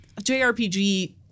JRPG